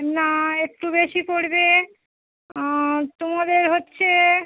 না একটু বেশি পড়বে তোমাদের হচ্ছে